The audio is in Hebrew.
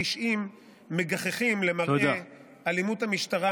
התשעים מגחכים למראה 'אלימות המשטרה'